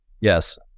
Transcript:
Yes